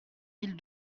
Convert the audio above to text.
mille